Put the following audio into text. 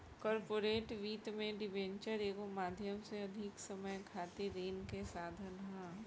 corporate वित्त में debenture एगो माध्यम से अधिक समय खातिर ऋण के साधन ह